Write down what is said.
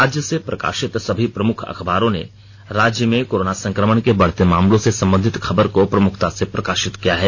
राज्य से प्रकाशित सभी प्रमुख अखबारों ने राज्य में कोरोना संक्रमण के बढते मामले से संबधित खबर को प्रमुखता से प्रकाशित किया है